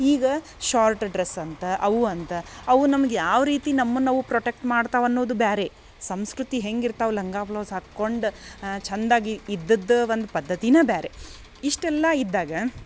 ಈಗ short dress ಅಂತ ಅವು ಅಂತ ಅವು ನಮ್ಗ ಯಾವ ರೀತಿ ನಮ್ಮನ್ನ ಅವು ಪ್ರೊಟೆಕ್ಟ್ ಮಾಡ್ತವು ಅನ್ನುದ ಬ್ಯಾರೆ ಸಂಸ್ಕೃತಿ ಹೆಂಗಿರ್ತವೆ ಲಂಗಾ ಬ್ಲೌಝ್ ಹಾಕ್ಕೊಂಡು ಚಂದಾಗಿ ಇದ್ದದ್ದ ಒಂದು ಪದ್ಧತೀನ ಬ್ಯಾರೆ ಇಷ್ಟೆಲ್ಲ ಇದ್ದಾಗ